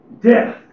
death